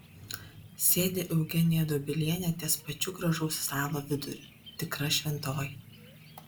sėdi eugenija dobilienė ties pačiu gražaus stalo viduriu tikra šventoji